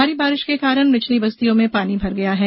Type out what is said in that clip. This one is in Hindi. भारी वर्षा के कारण निचली बस्तियों में पानी भर गया है